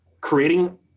Creating